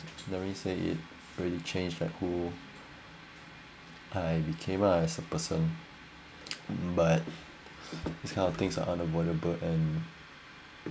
actually say it really changed at who I became lah as a person but this kind of things are unavoidable and